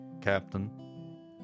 Captain